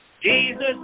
Jesus